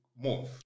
move